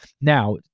Now